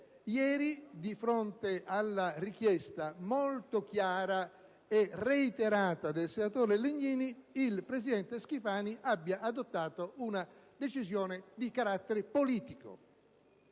ieri, di fronte alla richiesta molto chiara e reiterata dal senatore Legnini, il presidente Schifani abbia adottato una decisione di carattere politico,